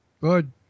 Good